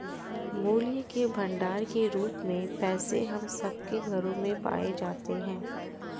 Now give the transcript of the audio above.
मूल्य के भंडार के रूप में पैसे हम सब के घरों में पाए जाते हैं